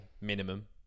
minimum